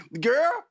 girl